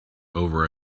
over